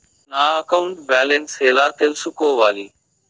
నా account balance ఎలా తెల్సుకోవాలి